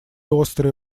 острые